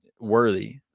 worthy